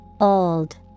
old